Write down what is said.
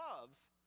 loves